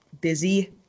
busy